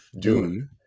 Dune